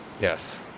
Yes